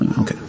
okay